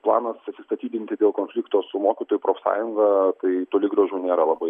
planas atsistatydinti dėl konflikto su mokytojų profsąjunga tai toli gražu nėra labai